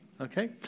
Okay